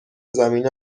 زمینه